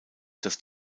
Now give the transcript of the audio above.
dass